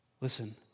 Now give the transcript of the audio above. Listen